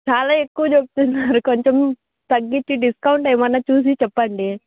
చాలా ఎక్కువ చెప్తున్నారు కొంచము తగ్గించి డిస్కౌంట్ ఏమన్న చూసి చెప్పండి